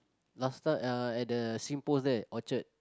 last time uh at the singpost there orchard